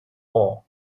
ore